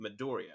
Midoriya